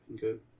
Good